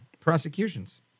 prosecutions